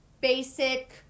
basic